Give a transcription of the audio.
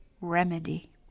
remedy